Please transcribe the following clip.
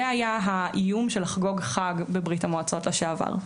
זה היה האיום של לחגוג חג בברית המועצות לשעבר.